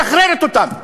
משחררת אותם,